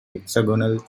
hexagonal